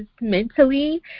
mentally